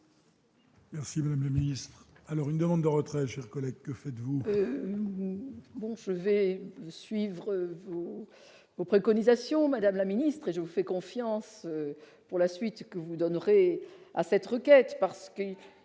Merci, Madame le Ministre, alors une demande de retrait, je reconnais que faites-vous. Bon, je vais suivre vous aux préconisations, madame la ministre, je vous fais confiance pour la suite, que vous donnerez à cette requête, parce qu'il